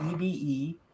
EBE